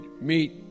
meet